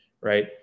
right